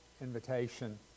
invitation